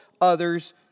others